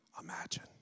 imagine